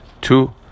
Two